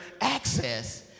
access